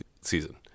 season